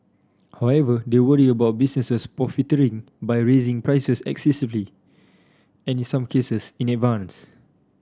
however they worry about businesses profiteering by raising prices excessively and in some cases in advance